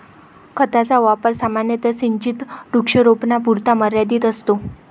खताचा वापर सामान्यतः सिंचित वृक्षारोपणापुरता मर्यादित असतो